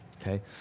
okay